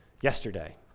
yesterday